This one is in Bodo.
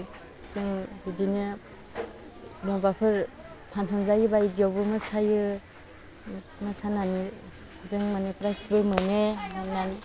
जों बिदिनो मबबाफोर फान्सन जायोबा इदियावबो मोसायो मोसानानै जों माने प्राइजबो मोनो मोननानै